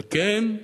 ועל כן,